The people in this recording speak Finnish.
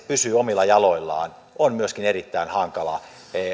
pysyy omilla jaloillaan ja on sen myötä myöskin erittäin hankala